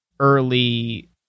early